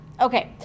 Okay